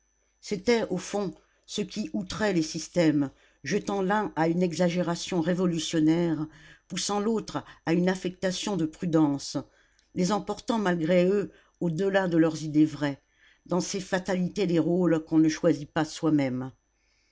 c'était au fond ce qui outrait les systèmes jetant l'un à une exagération révolutionnaire poussant l'autre à une affectation de prudence les emportant malgré eux au-delà de leurs idées vraies dans ces fatalités des rôles qu'on ne choisit pas soi-même